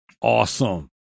awesome